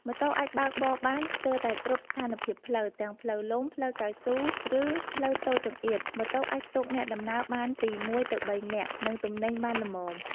ម៉ូតូអាចបើកបរបាន ស្ទើរតែគ្រប់ស្ថានភាពផ្លូវ ទាំងផ្លូវលំ ផ្លូវកៅស៊ូ ឬផ្លូវតូចចង្អៀត។ ម៉ូតូអាចផ្ទុកអ្នកដំណើរបានពី ១ ទៅ ៣ នាក់ និងទំនិញបានល្មម ។